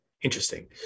interesting